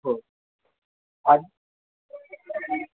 हो आणि